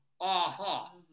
aha